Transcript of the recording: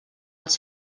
els